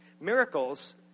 Miracles